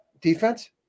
defense